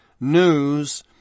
news